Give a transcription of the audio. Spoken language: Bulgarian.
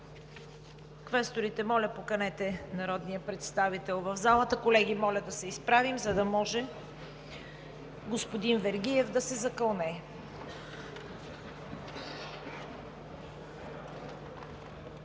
Квесторите, моля, поканете народния представител в залата. Колеги, моля да станем, за да може господин Вергиев да се закълне.